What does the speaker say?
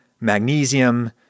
magnesium